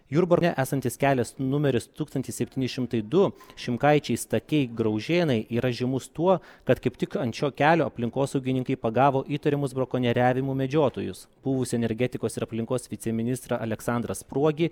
jurbarke esantis kelias numeris tūkstantis septyni šimtai du šimkaičiai stakiai graužėnai yra žymus tuo kad kaip tik ant šio kelio aplinkosaugininkai pagavo įtariamus brakonieriavimu medžiotojus buvusį energetikos ir aplinkos viceministrą aleksandrą spruogį